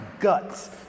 guts